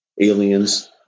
aliens